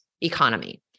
economy